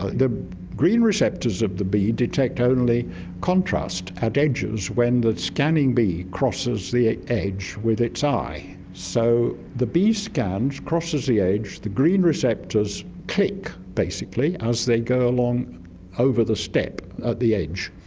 the green receptors of the bee detect only contrast and edges when the scanning bee crosses the edge with its eye. so the bee scans, crosses the edge, the green receptors click basically as they go along over the step at the edge,